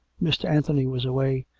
mr. anthony was away,